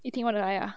yi ting want to 来啊